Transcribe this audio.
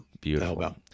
Beautiful